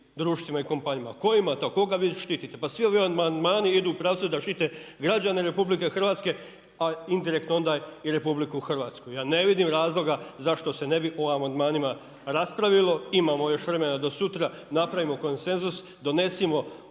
društvima i kompanijama. Kojima to, koga vi štite? Pa svi ovi amandmani idu u pravcu da štite građane RH, a indirektno i onda i RH. Ja ne vidim razloga zašto se ne bi o amandmanima raspravilo. Imamo još vremena do sutra, napravimo konsenzus donesimo